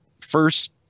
first